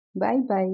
Bye-bye